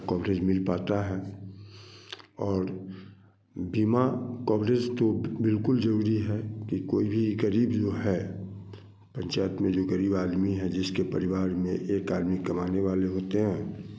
का कवरेज मिल पाता है और बीमा कवरेज तो बिल्कुल जरुरी है कि कोई भी गरीब जो है पंचायत में जो गरीब आदमी है जिसके परिवार में एक आदमी कमाने वाले होते है